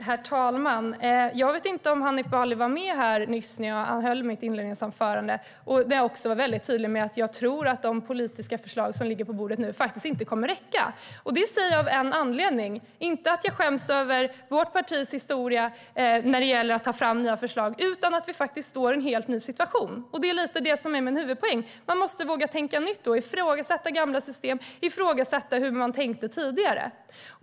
Herr talman! Jag vet inte om Hanif Bali var med här nyss när jag höll mitt inledningsanförande där jag var tydlig med att jag tror att de politiska förslag som ligger på bordet nu faktiskt inte kommer att räcka. Det säger jag av en anledning, och det är inte för att jag skäms över vårt partis historia när det gäller att ta fram nya förslag utan för att vi står i en helt ny situation. Det är det som är min huvudpoäng. Man måste våga tänka nytt och ifrågasätta gamla system och hur man tänkte tidigare.